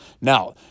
now